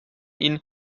ihn